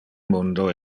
mundo